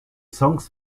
songs